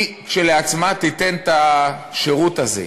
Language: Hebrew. היא עצמה, תיתן את השירות הזה.